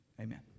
Amen